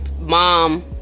mom